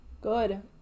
Good